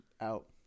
Out